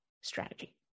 strategy